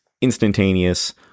instantaneous